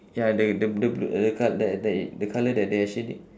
ya the the the the col~ the the the colour that they are shading